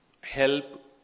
help